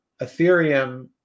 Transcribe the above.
ethereum